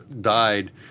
died